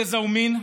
גזע ומין,